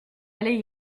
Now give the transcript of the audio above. allait